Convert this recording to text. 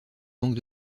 banque